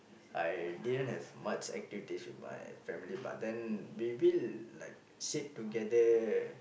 I didn't have much activities with my family but then we will like sit together